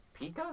Pika